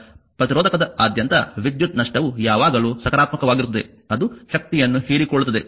ಆದ್ದರಿಂದ ಪ್ರತಿರೋಧಕದ ಆದ್ಯಂತ ವಿದ್ಯುತ್ ನಷ್ಟವು ಯಾವಾಗಲೂ ಸಕಾರಾತ್ಮಕವಾಗಿರುತ್ತದೆ ಅದು ಶಕ್ತಿಯನ್ನು ಹೀರಿಕೊಳ್ಳುತ್ತದೆ ಸರಿ